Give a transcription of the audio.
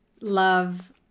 love